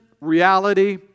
reality